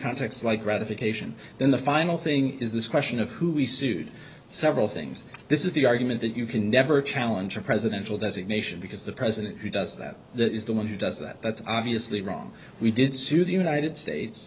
context like ratification then the final thing is this question of who we sued several things this is the argument that you can never challenge a presidential designation because the president who does that that is the one who does that that's obviously wrong we did sue the united states